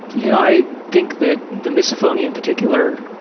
you know i think that the misophonia in particular,